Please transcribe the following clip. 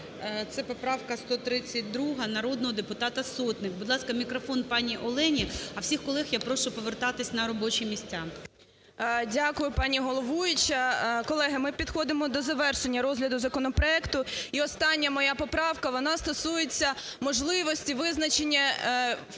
це поправка 132 народного депутата Сотник. Будь ласка, мікрофон пані Олені. А всіх колег я прошу повертатися на робочі місця. 10:23:12 СОТНИК О.С. Дякую, пані головуюча. Колеги, ми підходимо до завершення розгляду законопроекту. І остання моя поправка, вона стосується можливості визначення,